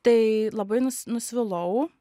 tai labai nus nusvilau